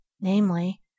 namely